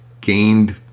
gained